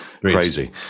Crazy